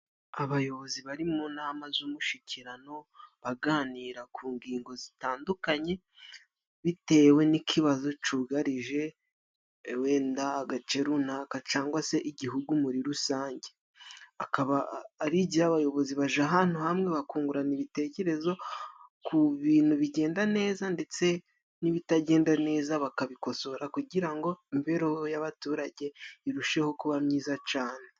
Abayobozi bari mu nama y'umushyikirano baganira ku ngingo zitandukanye, bitewe n'ikibazo cyugarije wenda agace runaka cyangwa se Igihugu muri rusange. Hari igihe abayobozi bajya ahantu hamwe bakungurana ibitekerezo ku bintu bigenda neza, ndetse n'ibitagenda neza, bakabikosora kugira ngo imibereho y'abaturage irusheho kuba myiza cyane.